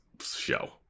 show